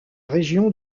région